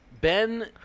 Ben